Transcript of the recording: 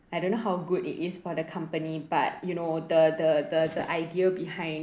I don't know how good it is for the company but you know the the the the idea behind